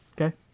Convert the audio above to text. okay